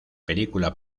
película